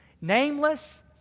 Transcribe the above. Nameless